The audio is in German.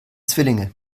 zwillinge